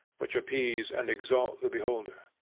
which appease and exalt the beholder.